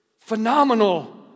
phenomenal